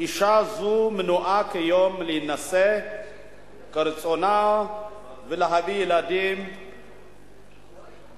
אשה זו מנועה כיום מלהינשא כרצונה ולהביא ילדים לעולם,